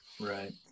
Right